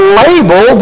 label